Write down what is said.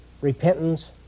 repentance